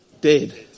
dead